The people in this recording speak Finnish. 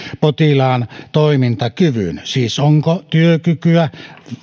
potilaan toimintakyvyn siis sen onko työkykyä